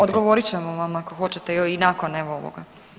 Odgovorit ćemo vam ako hoćete evo i nakon evo ovoga.